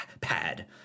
Pad